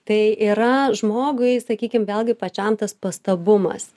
tai yra žmogui sakykim vėlgi pačiam tas pastabumas